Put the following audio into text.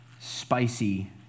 spicy